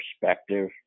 perspective